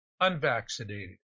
unvaccinated